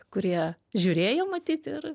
kurie žiūrėjo matyt ir